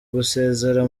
gusezera